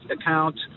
account